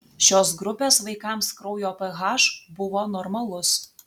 šios grupės vaikams kraujo ph buvo normalus